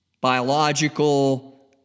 biological